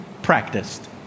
practiced